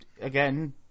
again